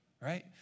right